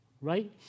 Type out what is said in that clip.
right